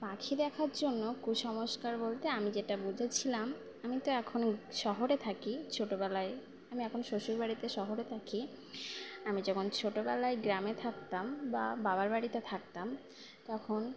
পাখি দেখার জন্য কুসংস্কার বলতে আমি যেটা বুঝেছিলাম আমি তো এখন শহরে থাকি ছোটোবেলায় আমি এখন শ্বশুর বাড়িতে শহরে থাকি আমি যখন ছোটোবেলায় গ্রামে থাকতাম বা বাবার বাড়িতে থাকতাম তখন